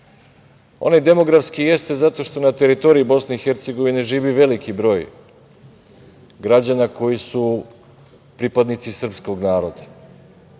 demografski jeste zato što na teritoriji BiH živi veliki broj građana koji su pripadnici srpskog naroda.